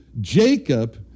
Jacob